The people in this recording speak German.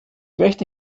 möchte